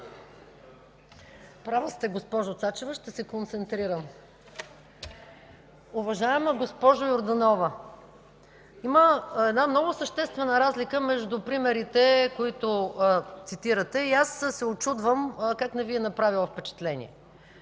Права сте, госпожо Цачева, ще се концентрирам. Уважаема госпожо Йорданова, има много съществена разлика между примерите, които цитирате, и аз се учудвам как не Ви е направило впечатление.